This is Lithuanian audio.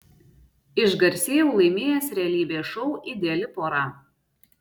išgarsėjau laimėjęs realybės šou ideali pora